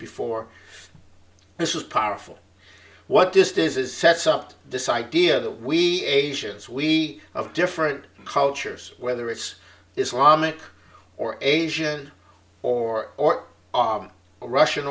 before this is powerful what this does is sets up this idea that we asians we of different cultures whether it's islamic or asian or or our russian